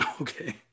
Okay